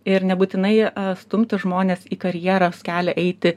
ir nebūtinai stumtų žmones į karjeros kelią eiti